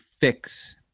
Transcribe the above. fix